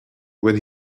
when